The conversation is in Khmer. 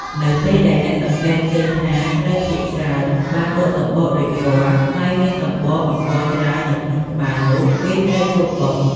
នៅពេលដែលអ្នកសង្កេតឃើញថាស្រូវភាគច្រើនបានបកសម្បករួចរាល់ ហើយមានសម្បកអង្ករច្រើននៅក្នុងត្បាល់នោះ គេត្រូវឈប់បុក។